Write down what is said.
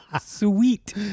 Sweet